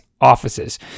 offices